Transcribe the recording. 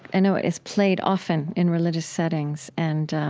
i know it's played often in religious settings and,